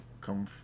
come